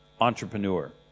entrepreneur